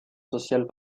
sociale